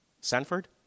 Sanford